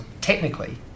technically